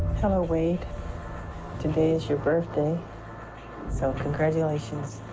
hello wait today is your birthday self. congratulations.